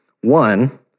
One